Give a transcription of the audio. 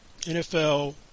NFL